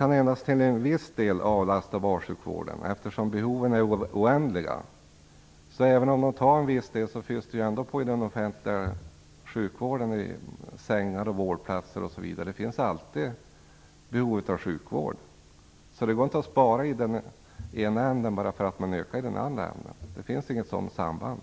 endast till en viss del kan avlasta bassjukvården, eftersom behoven är oändliga. Även om de tar över en viss del, finns det ändå sängar och vårdplatser i den offentliga sjukvården. Det finns alltid behov av sjukvård. Det går inte att spara i den ena änden bara för att man ökar i den andra. Det finns inget sådant samband.